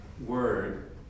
word